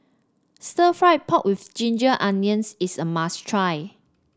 Stir Fried Pork with Ginger Onions is a must try